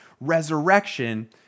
resurrection